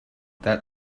that